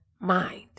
mind